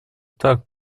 так